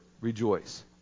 rejoice